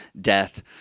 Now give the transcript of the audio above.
death